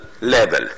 level